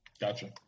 Gotcha